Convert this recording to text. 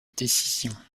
décision